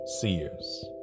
seers